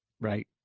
right